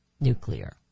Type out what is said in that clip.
nuclear